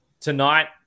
Tonight